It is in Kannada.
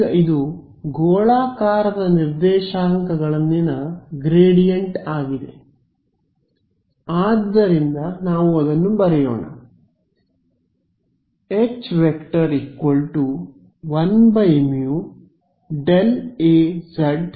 ಈಗ ಇದು ಗೋಳಾಕಾರದ ನಿರ್ದೇಶಾಂಕಗಳಲ್ಲಿನ ಗ್ರೇಡಿಯಂಟ್ ಆಗಿದೆ ಆದ್ದರಿಂದ ನಾವು ಅದನ್ನು ಬರೆಯೋಣ